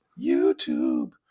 YouTube